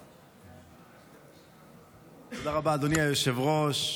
תודה רבה, אדוני היושב-ראש.